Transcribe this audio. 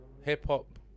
Hip-hop